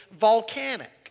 volcanic